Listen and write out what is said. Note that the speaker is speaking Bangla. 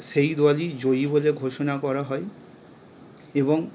সেই দলই জয়ী বলে ঘোষণা করা হয় এবং